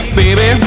baby